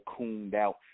cooned-out